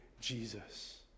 Jesus